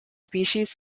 species